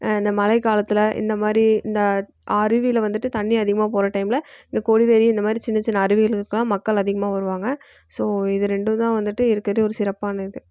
இந்த மழை காலத்தில் இந்த மாதிரி இந்த அருவியில் வந்துட்டு தண்ணி அதிகமாக போகிற டைமில் இந்த கொடிவேரி இந்த மாதிரி சின்ன சின்ன அருவிகளுக்கெலாம் மக்கள் அதிகமாக வருவாங்க ஸோ இது ரெண்டுந்தான் வந்துட்டு இருக்கறதில் ஒரு சிறப்பான இது